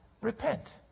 Repent